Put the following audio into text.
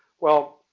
well,